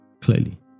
clearly